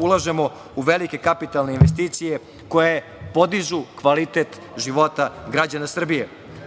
ulažemo u velike kapitalne investicije koje podižu kvalitet života građana Srbije. Ono